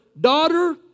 Daughter